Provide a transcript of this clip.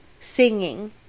singing